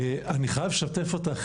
אני חייב לשתף אותך,